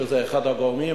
שזה אחד הגורמים,